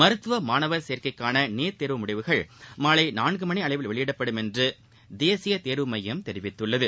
மருத்துவ மாணவர் சேர்க்கைக்கான நீட் தேர்வு முடிவுகள் மாலை நான்கு மணி அளவில் வெளியிடப்படும் என்று தேசிய தேர்வு மையம் தெரிவித்துள்ளது